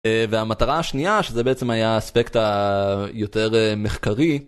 והמטרה השנייה שזה בעצם היה אספקט היותר מחקרי